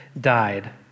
died